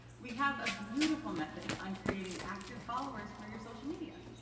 we have a beautiful method on creating active followers for your social media.